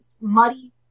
muddy